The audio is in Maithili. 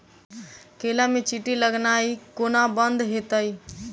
केला मे चींटी लगनाइ कोना बंद हेतइ?